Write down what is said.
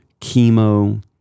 chemo